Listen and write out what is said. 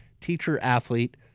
teacher-athlete